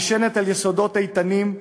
הנשענת על יסודות איתנים,